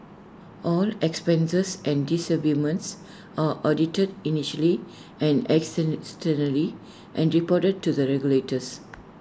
all expenses and disbursements are audited internally and externally and reported to the regulators